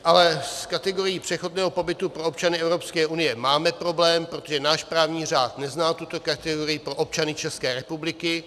Ale s kategorií přechodného pobytu pro občany Evropské unie máme problém, protože náš právní řád nezná tuto kategorii pro občany České republiky.